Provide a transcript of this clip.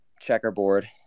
checkerboard